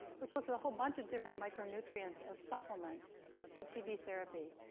which looks at a whole bunch of different micronutrients as supplements to tb therapy.